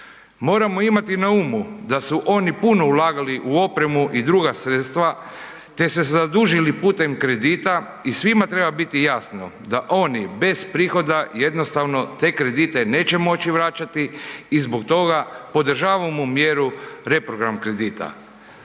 Moramo imati na umu da su oni puno ulagali u opremu i druga sredstva, te se zadužili putem kredita i svima treba biti jasno da oni bez prihoda jednostavno te kredite neće moći vraćati i zbog toga podržavamo mjeru reprogram kredita.